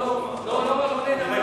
שלא יפריעו לי.